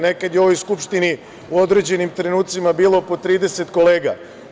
Nekad je u ovoj Skupštini u određenim trenucima bilo po 30 kolega.